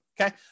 okay